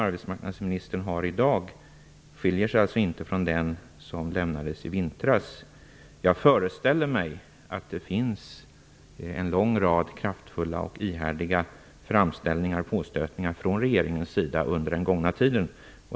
Arbetsmarknadsministerns redogörelse i dag skiljer sig alltså inte från den som gavs i vintras. Jag föreställer mig att det förekommit en lång rad kraftfulla och ihärdiga framställningar och påstötningar från regeringens sida under den gångna tiden.